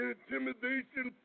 Intimidation